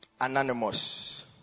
anonymous